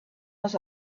was